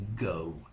go